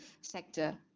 sector